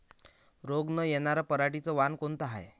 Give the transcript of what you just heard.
रोग न येनार पराटीचं वान कोनतं हाये?